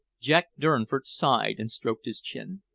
jack durnford sighed and stroked his chin.